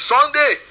Sunday